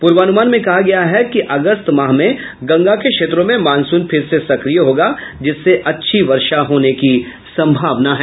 पूर्वानुमान में कहा गया है कि अगस्त माह में गंगा के क्षेत्रों में मानसून फिर से सक्रिय होगा जिससे अच्छी वर्षा होने की संभावना है